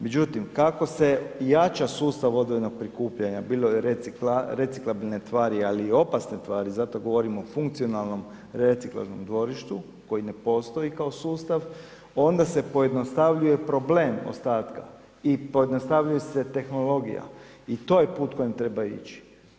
Međutim kako se jača sustav odvojenog prikupljanja bilo reciklabilne tvari ali i opasne tvari, zato govorimo o funkcionalnom reciklažnom dvorištu koji ne postoji kao sustav, onda se pojednostavljuje problem ostatka i pojednostavljuje se tehnologija i to je put kojim treba ići.